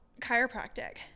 chiropractic